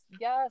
yes